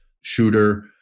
shooter